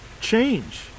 change